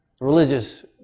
Religious